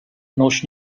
notion